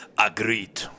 Agreed